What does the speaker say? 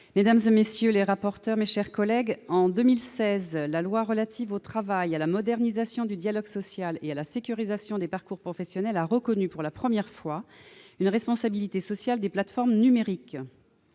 La parole est à Mme Nadine Grelet-Certenais. En 2016, la loi relative au travail, à la modernisation du dialogue social et à la sécurisation des parcours professionnels a reconnu pour la première fois la responsabilité sociale des plateformes numériques.